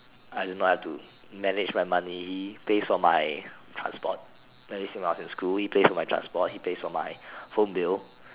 I don't know I have to manage my money pays for my transport ever since I was in school he pays for my transport he pays for my phone bill